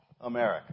America